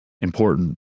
important